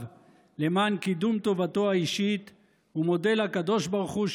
למען קידום טובתו האישית הוא מודה לקדוש ברוך הוא,